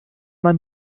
man